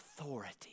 authority